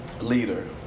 leader